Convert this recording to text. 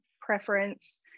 preference